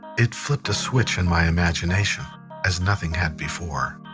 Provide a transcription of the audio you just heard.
it flipped a switch in my imagination as nothing had before.